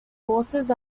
horses